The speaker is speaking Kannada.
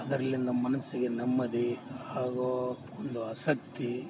ಅದರಲ್ಲಿಂದ ಮನಸ್ಸಿಗೆ ನೆಮ್ಮದಿ ಹಾಗೂ ಒಂದು ಆಸಕ್ತಿ